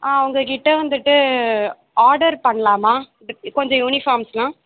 ஆ உங்கள்கிட்ட வந்துட்டு ஆர்டர் பண்ணலாமா கொஞ்சம் யூனிஃபார்ம்ஸ்லாம்